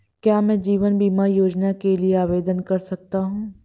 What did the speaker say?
क्या मैं जीवन बीमा योजना के लिए आवेदन कर सकता हूँ?